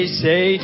say